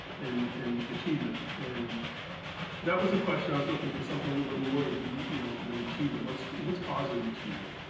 and and achievement. and that was a question i was lookin' for something a little bit more like you know than achievement. what's what's causing the achievement?